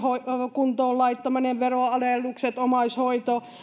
kuntoon laittaminen veronalennukset omaishoito